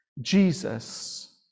Jesus